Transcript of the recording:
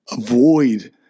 avoid